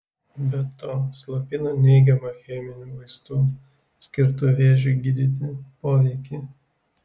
be to slopina neigiamą cheminių vaistų skirtų vėžiui gydyti poveikį